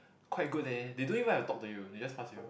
quite good they they don't even have talked to you they just pass you